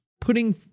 putting